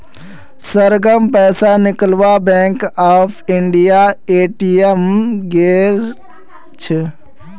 सरगम पैसा निकलवा बैंक ऑफ इंडियार ए.टी.एम गेल छ